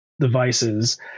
devices